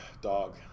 Dog